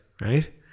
right